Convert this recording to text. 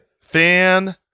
Fan